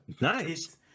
Nice